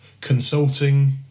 consulting